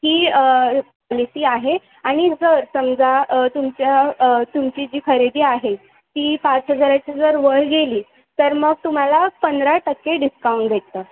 ही policy आहे आणि जर समजा तुमच्या तुमची जी खरेदी आहे ती पाच हजाराच्या जर वर गेली तर मग तुम्हाला पंधरा टक्के डिस्काउंट भेटतं